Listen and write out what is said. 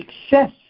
Success